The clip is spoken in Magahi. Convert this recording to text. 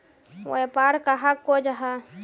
व्यापार कहाक को जाहा?